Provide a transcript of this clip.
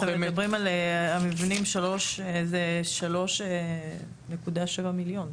הם אומרים על המבנים שזה 3.7 מיליון,